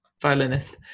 violinist